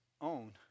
own